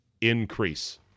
increase